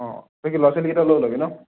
অঁ তই কি ল'ৰা ছোৱালীকেইটা লৈ ওলাবি ন